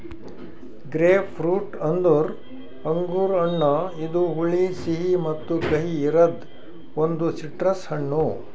grapefruit ಅಂದುರ್ ಅಂಗುರ್ ಹಣ್ಣ ಇದು ಹುಳಿ, ಸಿಹಿ ಮತ್ತ ಕಹಿ ಇರದ್ ಒಂದು ಸಿಟ್ರಸ್ ಹಣ್ಣು